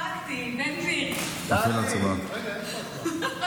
ההצעה להעביר את הנושא לוועדה לביטחון